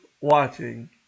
watching